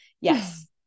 yes